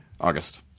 August